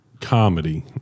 comedy